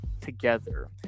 together